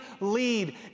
lead